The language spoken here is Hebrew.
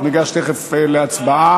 אנחנו ניגש תכף להצבעה.